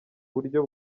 buryo